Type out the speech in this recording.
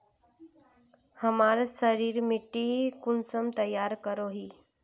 हमार क्षारी मिट्टी कुंसम तैयार करोही?